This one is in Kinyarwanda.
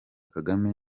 kagame